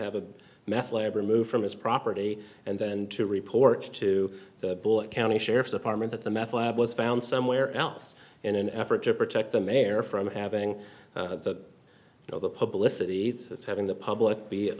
have a meth lab removed from his property and then to report to the bullet county sheriff's department that the meth lab was found somewhere else in an effort to protect them err from having you know the publicity through having the public